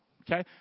Okay